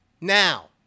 now